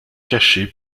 cacher